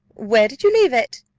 where did you leave it?